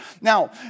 Now